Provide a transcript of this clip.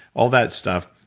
all that stuff,